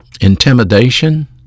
intimidation